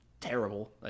terrible